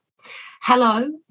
Hello